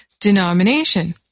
denomination